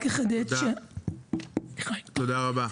תודה רבה.